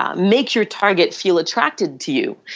um make your target feel attracted to you,